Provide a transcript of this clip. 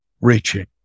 Reaching